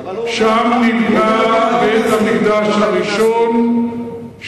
שם נבנה בית-המקדש הראשון,